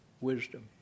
wisdom